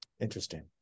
Interesting